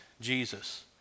Jesus